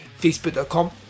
facebook.com